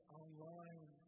online